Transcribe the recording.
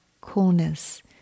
coolness